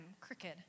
crooked